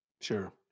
Sure